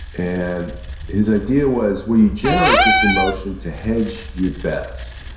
and his idea was when you generate this emotion to hedge your bets.